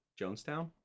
Jonestown